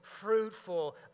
fruitful